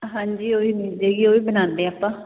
ਹਾਂਜੀ ਉਹੀ ਮਿਲ ਜਾਏਗੀ ਉਹ ਵੀ ਬਣਾਉਂਦੇ ਆ ਆਪਾਂ